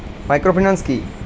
Microfinance কি?